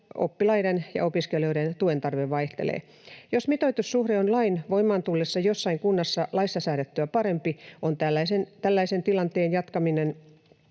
oppilaiden ja opiskelijoiden tuentarve vaihtelee. Jos mitoitussuhde on lain voimaan tullessa jossain kunnassa laissa säädettyä parempi, on tällaisen tilanteen jatkuminen